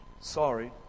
Sorry